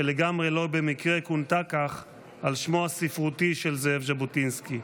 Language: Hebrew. שלגמרי לא במקרה כונתה כך על שמו הספרותי של זאב ז'בוטינסקי.